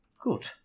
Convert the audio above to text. Good